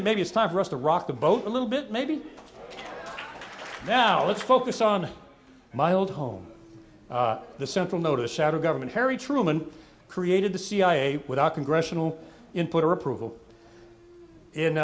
maybe it's time for us to rock the boat a little bit maybe now let's focus on my old home the central notice shadow government harry truman created the cia without congressional input or approval